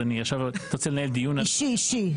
אישי.